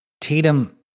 tatum